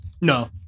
No